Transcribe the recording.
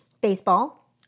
Baseball